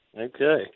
Okay